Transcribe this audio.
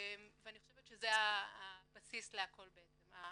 ואני חושבת שזה הבסיס להכל בעצם,